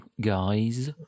Guys